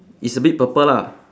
it's a bit purple lah